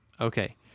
Okay